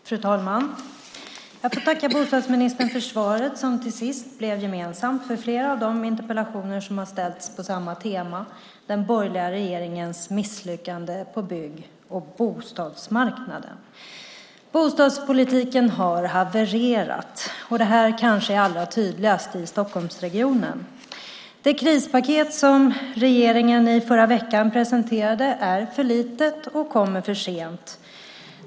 Fru talman! Jag får tacka bostadsministern för svaret, som till sist blev gemensamt för flera av de interpellationer som har ställts på samma tema. Det handlar om den borgerliga regeringens misslyckande på bygg och bostadsmarknaden. Bostadspolitiken har havererat. Det kanske är allra tydligast i Stockholmsregionen. Det krispaket som regeringen i förra veckan presenterade är för litet och kommer för sent.